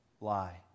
lie